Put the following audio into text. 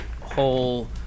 whole